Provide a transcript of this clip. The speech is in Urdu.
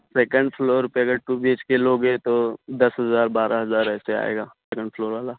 سیکنڈ فلور پہ اگر ٹو بی ایچ کے لوگے تو دس ہزار بارہ ہزار ایسے آئے گا سیکنڈ فلور والا